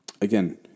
again